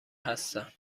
هستند